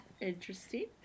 interesting